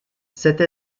cette